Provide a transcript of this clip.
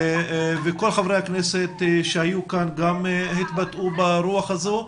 כל חברי הכנסת שהיו כאן התבטאו ברוח הזו.